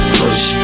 push